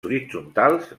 horitzontals